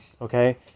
Okay